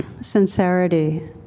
sincerity